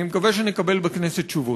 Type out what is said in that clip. אני מקווה שנקבל בכנסת תשובות.